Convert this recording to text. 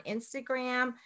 Instagram